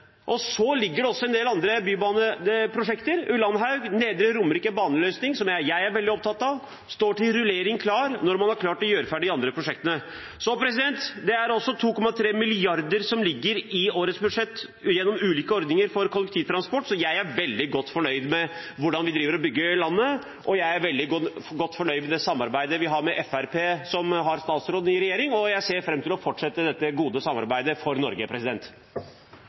Det foreligger også en del andre bybaneprosjekter, som Ullandhaug. Nedre Romerike baneløsning, som jeg er veldig opptatt av, står klar til utrullering når man har klart å gjøre ferdig de andre prosjektene. Det ligger også 2,3 mrd. kr i årets budsjett til ulike ordninger for kollektivtransport. Jeg er veldig godt fornøyd med hvordan vi bygger landet. Jeg er veldig godt fornøyd med det samarbeidet vi har med Fremskrittspartiet, som har samferdselsstatsråden i regjeringen, og jeg ser fram til å fortsette dette gode samarbeidet for Norge.